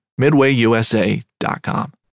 MidwayUSA.com